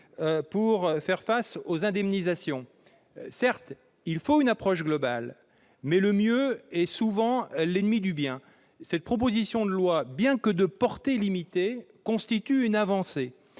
pour faire face aux indemnisations. Certes, il faut une approche globale ; mais le mieux est souvent l'ennemi du bien. Cette proposition de loi, bien que de portée limitée, constitue une avancée.